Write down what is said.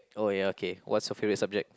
oh ya okay what's your favourite subject